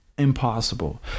Impossible